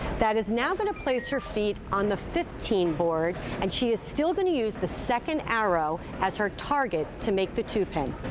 that is now going to place her feet on the fifteen board and she is still going to use the second arrow as her target to make the two pin.